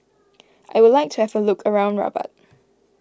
I would like to have a look around Rabat